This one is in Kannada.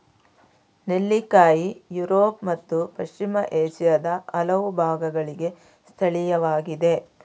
ನೆಲ್ಲಿಕಾಯಿ ಯುರೋಪ್ ಮತ್ತು ಪಶ್ಚಿಮ ಏಷ್ಯಾದ ಹಲವು ಭಾಗಗಳಿಗೆ ಸ್ಥಳೀಯವಾಗಿದೆ